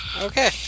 Okay